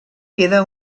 queda